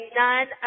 none